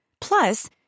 Plus